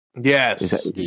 yes